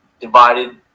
divided